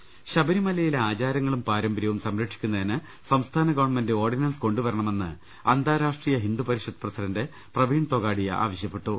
് ശബരിമലയിലെ ആചാരങ്ങളും പാരമ്പര്യവും സംരക്ഷിക്കുന്നതിന് സംസ്ഥാന ഗവൺമെന്റ് ഓർഡിനൻസ് കൊണ്ടുവരണമെന്ന് അന്താരാഷ്ട്രീയ ഹിന്ദുപരിഷത്ത് പ്രസിഡന്റ് പ്രവീൺ തൊഗാഡിയ ആവശ്യപ്പെട്ടു